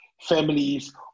families